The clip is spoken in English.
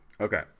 Okay